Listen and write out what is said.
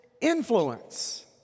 influence